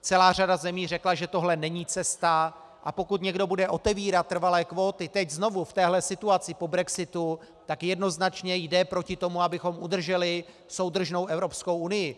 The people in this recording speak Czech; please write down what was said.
Celá řada zemí řekla, že tohle není cesta, a pokud někdo bude otevírat trvalé kvóty teď znovu v této situaci po brexitu, tak jednoznačně jde proti tomu, abychom udrželi soudržnou Evropskou unii.